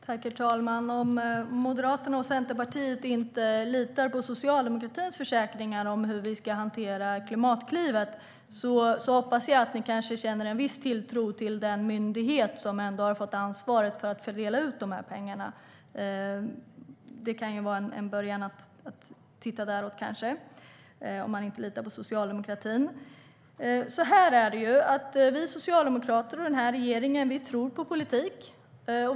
Herr talman! Om Moderaterna och Centerpartiet inte litar på socialdemokratins försäkringar om hur vi ska hantera Klimatklivet hoppas jag att ni kanske känner en viss tilltro till den myndighet som har fått ansvar för att fördela pengarna, Kristina Yngwe. Det kan vara en början att titta där om man inte litar på socialdemokratin. Så här är det: Vi socialdemokrater och regeringen tror på politik.